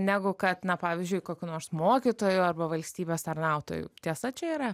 negu kat na pavyzdžiui kokiu nors mokytoju arba valstybės tarnautoju tiesa čia yra